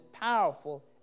powerful